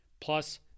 plus